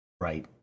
right